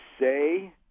say